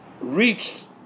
reached